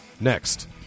Next